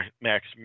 Max